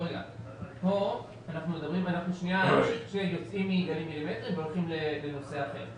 כאן אנחנו יוצאים מהמילימטרים והולכים לנושא אחר.